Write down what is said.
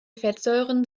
fettsäuren